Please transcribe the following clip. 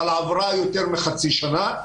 אבל עברה יותר מחצי שנה.